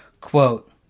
Quote